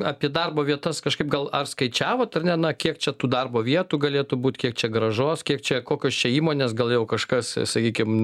apie darbo vietas kažkaip gal ar skaičiavot ar ne na kiek čia tų darbo vietų galėtų būt kiek čia grąžos kiek čia kokios čia įmonės gal jau kažkas sakykim